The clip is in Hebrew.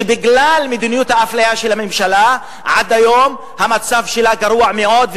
שבגלל מדיניות האפליה של הממשלה עד היום המצב שלהם גרוע מאוד,